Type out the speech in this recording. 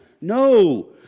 No